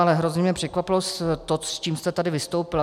Ale hrozně mě překvapilo to, s čím jste tady vystoupila.